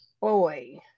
Boy